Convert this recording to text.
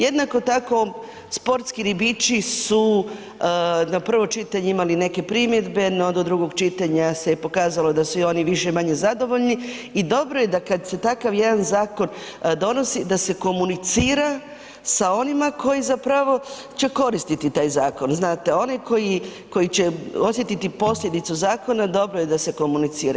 Jednako tako sportski ribiči su na prvo čitanje imali neke primjedbe no do drugog čitanje se je pokazalo da su i oni više-manje zadovoljni i dobro je da kad se takav jedan zakon donosi, da se komunicira sa onima koji zapravo će koristiti taj zakon, znate, oni koji će osjetiti posljedicu zakona, dobro je da se komunicira.